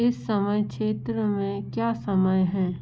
इस समय क्षेत्र में क्या समय है